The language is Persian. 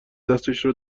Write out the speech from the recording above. دستشو